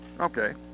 Okay